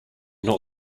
not